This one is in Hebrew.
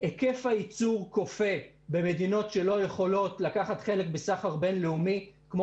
היקף הייצור קופא במדינות שלא יכולות לקחת חלק בסחר בין-לאומי כמו